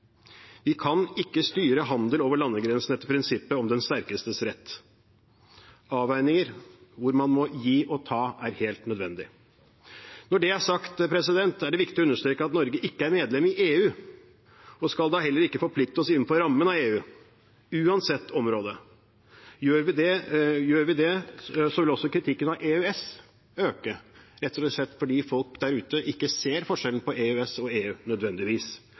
Vi kan ikke styre handel over landegrensene etter prinsippet om den sterkestes rett. Avveininger hvor man må gi og ta, er helt nødvendig. Når det er sagt, er det viktig å understreke at Norge ikke er medlem i EU, og skal da heller ikke forplikte oss innenfor rammen av EU – uansett område. Gjør vi det, vil også kritikken av EØS øke rett og slett fordi folk der ute ikke nødvendigvis ser forskjellen på EØS og EU.